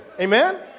Amen